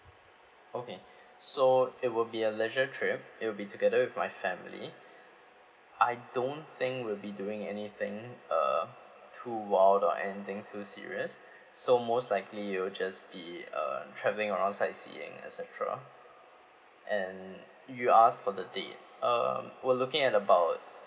okay so it will be a leisure trip it will be together with my family I don't think we'll be doing anything uh too wild or anything too serious so most likely it'll just be uh travelling around sightseeing et cetera and you ask for the date uh we're look at about